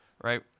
right